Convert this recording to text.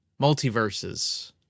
Multiverses